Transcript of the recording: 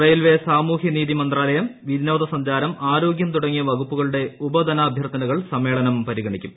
railway സാമൂഹ്യനീതി മന്ത്രാലയം വിനോദസഞ്ചാരം ആരോഗ്യം തുടങ്ങിയ വകുപ്പുകളുടെ ഉപധനാഭ്യർത്ഥനകൾ സമ്മേളനം പരിഗണിക്കും